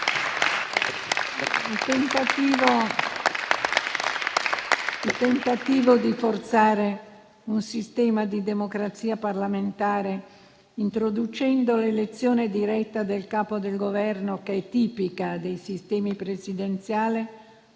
Un tentativo di forzare un sistema di democrazia parlamentare introducendo l'elezione diretta del Capo del Governo, che è tipica dei sistemi presidenziali,